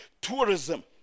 tourism